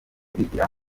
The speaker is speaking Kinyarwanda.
bigira